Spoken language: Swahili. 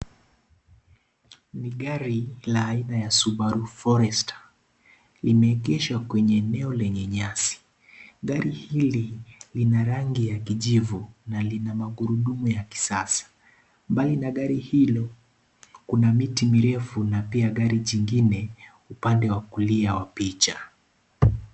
Ni gari la aina ya Subaru Forester . Limeegeshwa kwenye eneo lenye nyasi. Gari hili lina rangi ya kijivu na lina magurudumu ya kisasa. Bali na gari hilo, kuna miti mirefu na gari jingine upande wa kulia wa picha.